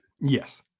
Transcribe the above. Yes